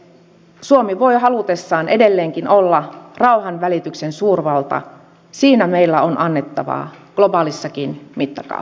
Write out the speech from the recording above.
suomi voi halutessaan edelleenkin olla rauhanvälityksen suurvalta siinä meillä on annettavaa globaalissakin mittakaavassa